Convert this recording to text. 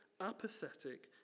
apathetic